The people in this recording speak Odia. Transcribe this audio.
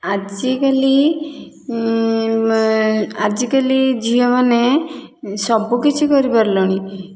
ଆଜିକାଲି ଆଜିକାଲି ଝିଅମାନେ ସବୁକିଛି କରି ପାରିଲେଣି